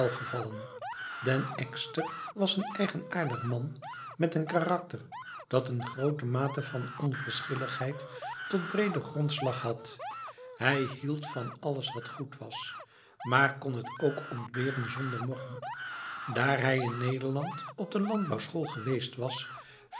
welgevallen den ekster was een eigenaardig man met een karakter dat n grote mate van onverschilligheid tot brede grondslag had hij hield van alles wat goed was maar kon het ook ontberen zonder morren daar hij in nederland op de landbouwschool geweest was